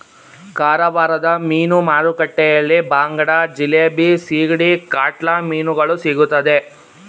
ಕಾರವಾರದ ಮೀನು ಮಾರುಕಟ್ಟೆಯಲ್ಲಿ ಬಾಂಗಡ, ಜಿಲೇಬಿ, ಸಿಗಡಿ, ಕಾಟ್ಲಾ ಮೀನುಗಳು ಸಿಗುತ್ತದೆ